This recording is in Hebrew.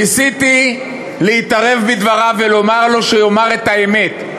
ניסיתי להתערב בדבריו ולומר לו שיאמר את האמת: